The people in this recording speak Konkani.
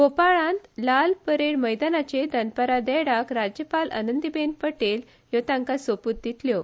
भोपाळ हांगासर लाल परेड मैदानाचेर दनपारा देडाक राज्यपाल आनंदीबेन पटेल ह्यो तांका सोप्त दितल्यो